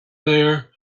there